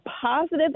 positive